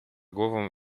głową